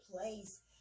place